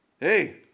hey